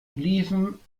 liefen